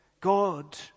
God